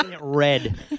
Red